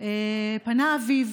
פנה אביו